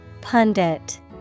Pundit